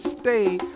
stay